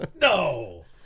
No